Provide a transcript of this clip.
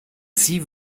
sie